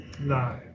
No